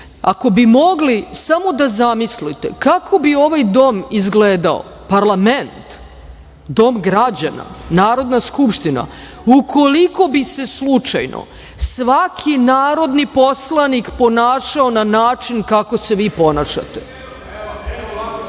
ako bi mogli samo da zamislite kako bi ovaj dom izgledao, parlament, dom građana, Narodna skupština, ukoliko bi se slučajno svaki narodni poslanik ponašao na način kako se vi ponašate. U redu, vama nisam